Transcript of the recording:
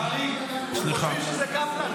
הם חושבים שזה קפלן כאן.